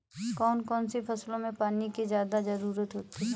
कौन कौन सी फसलों में पानी की ज्यादा ज़रुरत होती है?